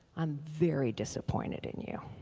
i'm very disappointed in you.